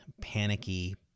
panicky